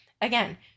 again